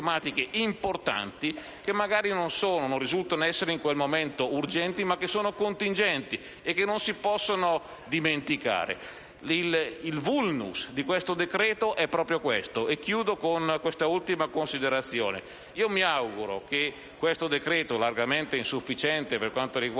importanti che magari non risultano essere in quel momento urgenti, ma che sono contingenti e che non si possono dimenticare. Il *vulnus* di questo decreto-legge è proprio questo e chiudo con un'ultima considerazione. Mi auguro che questo decreto d'urgenza, largamente insufficiente per quanto riguarda